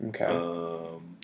Okay